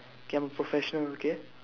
K I'm a professional okay